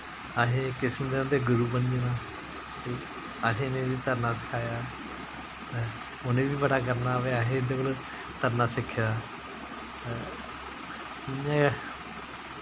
असें इक किसम दे उं'दे गुरु बनी जाना ते असें गै तरना सखाया उ'नें बी बड़ा करना कि असें इं'दे कोलूं तरना सिक्खे दा इ'यां गै